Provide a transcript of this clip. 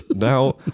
Now